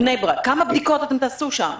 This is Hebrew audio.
כמה בדיקות אתם תעשו בבני ברק?